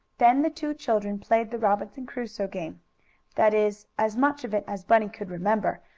then the two children played the robinson crusoe game that is, as much of it as bunny could remember,